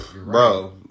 Bro